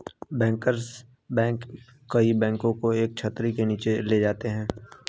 bankers bank कई बैंकों को एक छतरी के नीचे ले जाता है